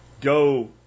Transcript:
go